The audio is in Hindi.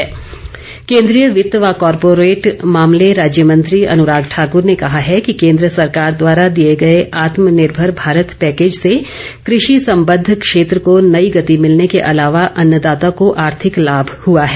अन्राग ठाकुर केन्द्रीय वित्त व कॉरपोरेट मामले राज्य मंत्री अनुराग ठाकुर ने कहा है कि केन्द्र सरकार द्वारा दिए गए आत्मनिर्भर भारत पैकेज से कृषि संबद्ध क्षेत्र को नई गति मिलने के अलावा अन्नदाता को आर्थिक लाभ हुआ है